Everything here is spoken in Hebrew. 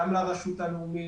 גם לרשות הלאומית,